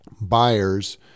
buyers